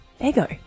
Ego